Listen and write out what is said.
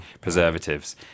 preservatives